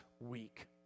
week